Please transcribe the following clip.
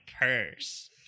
purse